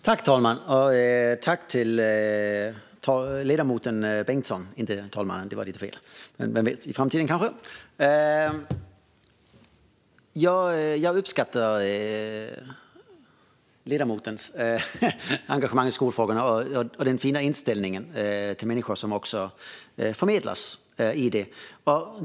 Fru talman! Tack till ledamoten Bengtsson! Jag uppskattar ledamotens engagemang i skolfrågorna och den fina inställningen till människor som också förmedlas.